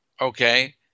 okay